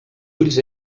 ulls